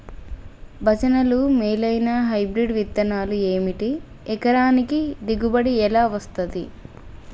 భజనలు మేలైనా హైబ్రిడ్ విత్తనాలు ఏమిటి? ఎకరానికి దిగుబడి ఎలా వస్తది?